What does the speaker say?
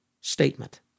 statement